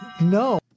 No